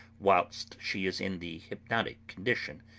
whilst she is in the hypnotic condition,